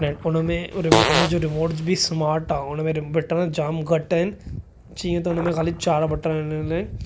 net उन में उन जी रिमोट बि स्माट आहे उन में बटण जाम घटि आहिनि जीअं त उन में ख़ाली चारि बटण आहिनि